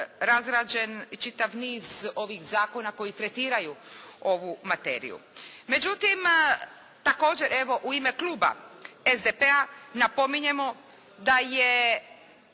razrađen i čitav niz ovih zakona koji tretiraju ovu materiju. Međutim, također evo u ime kluba SDP-a napominjemo da je